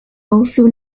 also